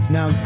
Now